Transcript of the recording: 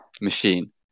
machine